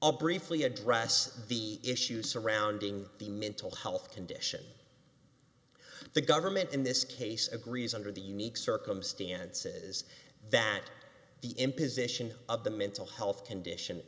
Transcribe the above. all briefly address the issues surrounding the mental health condition the government in this case agrees under the unique circumstances that the imposition of the mental health condition